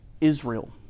Israel